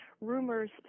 rumors